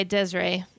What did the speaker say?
Desiree